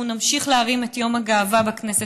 אנחנו נמשיך להרים את יום הגאווה בכנסת,